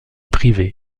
privée